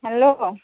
hello